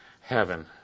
heaven